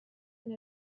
and